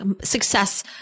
success